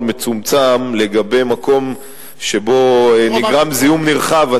מצומצם לגבי מקום שבו נגרם זיהום נרחב.